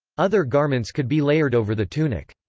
other garments could be layered over the tunic.